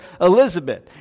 Elizabeth